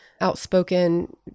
outspoken